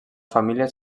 família